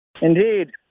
Indeed